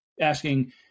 asking